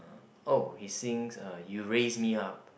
oh he sings uh you raise me up